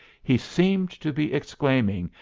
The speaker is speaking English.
he seemed to be exclaiming,